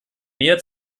mehr